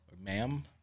ma'am